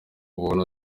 buntu